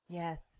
yes